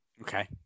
Okay